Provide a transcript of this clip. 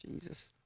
Jesus